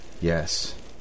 Yes